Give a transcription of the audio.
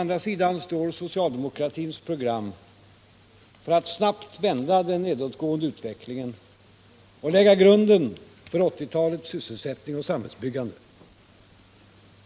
Mot detta står socialdemokratins program för att snabbt vända den nedåtgående utvecklingen och lägga grunden för 1980-talets sysselsättning och samhällsbyggande.